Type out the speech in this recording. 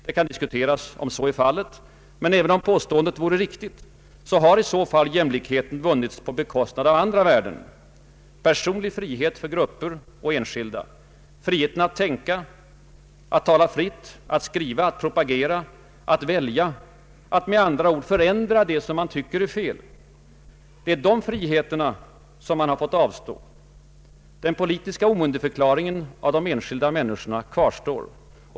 Det kan diskuteras om så är fallet, men även om påståendet vore riktigt, har i så fall jämlikheten vunnits på bekostnad av andra värden, personlig frihet för grupper och enskilda, friheten att tänka, att tala fritt, att skriva, att propagera, att välja — med andra ord förändra det man tycker är fel. Det är dessa friheter som man får avstå från. Den politiska omyndigförklaringen av de enskilda mäninskorna kvarstår.